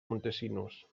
montesinos